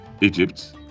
Egypt